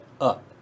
up